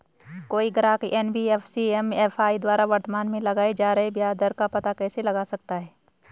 कोई ग्राहक NBFC MFI द्वारा वर्तमान में लगाए जा रहे ब्याज दर का पता कैसे लगा सकता है?